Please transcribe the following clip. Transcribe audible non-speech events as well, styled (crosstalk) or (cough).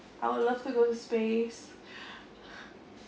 I would love to go to space (breath)